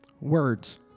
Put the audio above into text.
Words